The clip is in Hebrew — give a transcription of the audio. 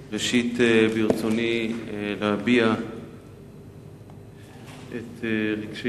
ראשית, ברצוני להביע את רגשי